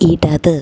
ഇടത്